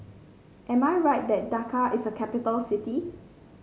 am I right that Dhaka is a capital city